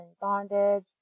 bondage